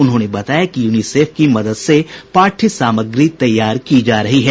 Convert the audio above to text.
उन्होंने बताया कि यूनिसेफ की मदद से पाठ्य सामग्री तैयार की जा रही है